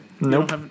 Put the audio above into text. Nope